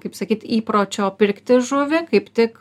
kaip sakyt įpročio pirkti žuvį kaip tik